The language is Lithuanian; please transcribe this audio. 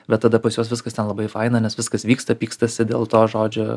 bet tada pas juos viskas ten labai faina nes viskas vyksta pykstasi dėl to žodžio